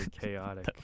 chaotic